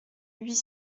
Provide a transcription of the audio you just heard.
huit